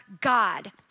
God